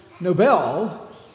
Nobel